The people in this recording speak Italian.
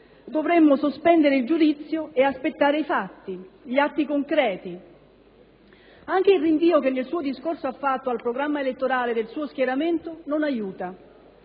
Dovremmo sospendere il giudizio e aspettare i fatti, gli atti concreti. Anche il rinvio che al programma elettorale del suo schieramento non aiuta;